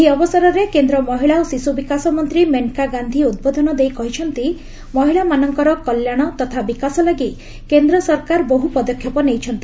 ଏହି ଅବସରରେ କେନ୍ଦ୍ର ମହିଳା ଓ ଶିଶୁ ବିକାଶ ମନ୍ତ୍ରୀ ମେନକା ଗାନ୍ଧି ଉଦ୍ବୋଧନ ଦେଇ କହିଛନ୍ତି ମହିଳାମାନଙ୍କର କଲ୍ୟାଣ ତଥା ବିକାଶ ଲାଗି କେନ୍ଦ୍ର ସରକାର ବହୁ ପଦକ୍ଷେପ ନେଇଛନ୍ତି